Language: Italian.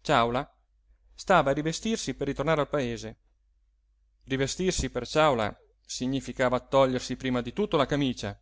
pa ciàula stava a rivestirsi per ritornare al paese rivestirsi per ciàula significava togliersi prima di tutto la camicia